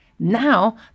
now